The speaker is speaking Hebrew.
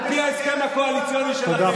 על פי ההסכם הקואליציוני שלכם.